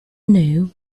know